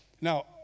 Now